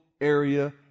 area